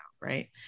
right